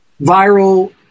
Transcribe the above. viral